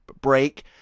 break